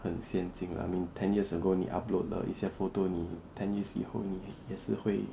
很先进 lah mean ten years ago 你 upload 的一些 photos 你 ten years 以后你也是会